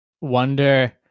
wonder